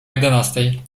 jedenastej